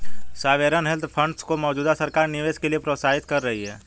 sovereign wealth funds को मौजूदा सरकार निवेश के लिए प्रोत्साहित कर रही है